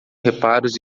reparos